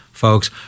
folks